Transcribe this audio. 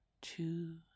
two